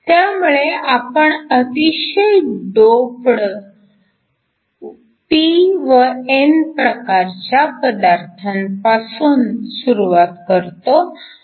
त्यामुळे आपण अतिशय डोप्ड p व n प्रकारच्या पदार्थांपासून सुरुवात करतो